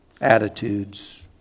attitudes